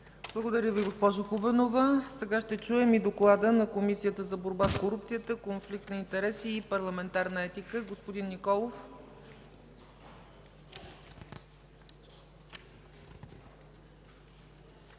Благодаря Ви, госпожо Хубенова. Сега ще чуем и доклада на Комисията за борба с корупцията, конфликт на интереси и парламентарна етика. Заповядайте,